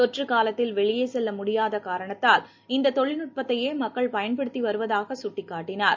தொற்று காலத்தில் வெளியே செல்ல முடியாத காரணத்தால் இந்த தொழில்நுட்பத்தையே மக்கள் பயன்படுத்தி வருவதாக சுட்டிக் காட்டினார்